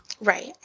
right